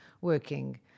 working